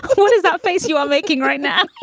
what does that face. you are making right now.